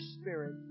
spirit